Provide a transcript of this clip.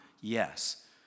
Yes